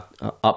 up